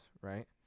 right